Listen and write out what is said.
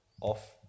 Off